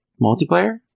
multiplayer